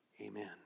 Amen